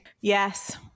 Yes